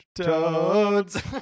toads